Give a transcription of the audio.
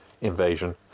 invasion